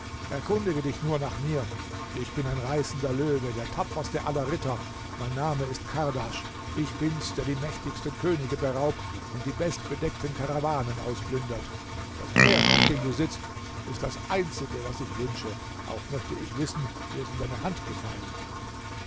erkundige dich nur nach mir ich bin ein reißender löwe der tapferste aller ritter meine name ist kardasch ich bin's der die mächtigsten könige beraubt und die bestbedeckten karawanen ausplündert das pferd auf dem du sitzt ist das einzige was ich wünsche auch möchte ich wissen wie es in deine hand gefallen